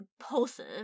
impulsive